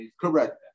Correct